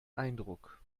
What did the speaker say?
eindruck